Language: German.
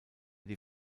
die